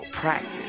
practice